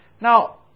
Now